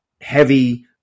heavy